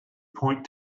point